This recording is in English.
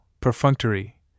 perfunctory